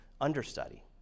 understudy